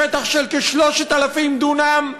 בשטח של כ-3,000 דונם,